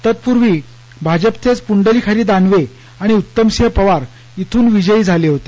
तत्पूर्वी भाजपचेच पुण्डलाइक हरी दानवे आणि उत्तमसिंह पवार इथून विजयी झाले होते